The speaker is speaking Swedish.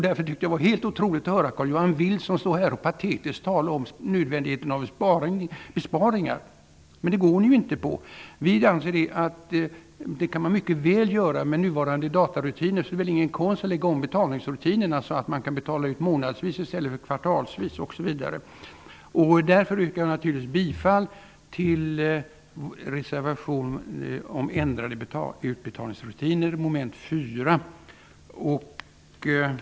Därför var det helt otroligt att höra Carl-Johan Wilson stå här och patetiskt tala om nödvändigheten av besparingar. Men det stöder ni inte. Vi reservanter anser att man mycket väl kan göra besparingar. Med nuvarande datarutiner är det väl ingen konst att lägga om betalningsrutinerna så att man kan betala ut månadsvis i stället för kvartalsvis, osv. Jag yrkar därför naturligtvis bifall till reservation 4, avseende mom. 4 i hemställan, om ändrade utbetalningsrutiner.